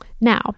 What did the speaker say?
Now